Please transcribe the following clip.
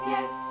Yes